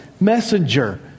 messenger